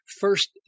First